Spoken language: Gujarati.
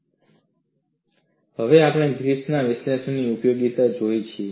ફ્રેક્ચર માટે જરૂરી અને પૂરતી શરતો હવે આપણે ગ્રિફિથના વિશ્લેષણની ઉપયોગીતા જોઈએ છીએ